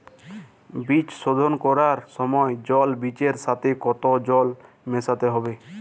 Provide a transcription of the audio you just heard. বীজ শোধন করার সময় জল বীজের সাথে কতো জল মেশাতে হবে?